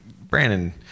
Brandon